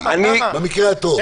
במקרה הטוב.